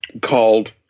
called